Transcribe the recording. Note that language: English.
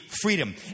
freedom